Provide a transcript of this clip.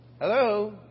hello